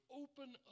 open